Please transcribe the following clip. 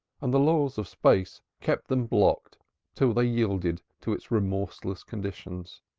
and the laws of space kept them blocked till they yielded to its remorseless conditions.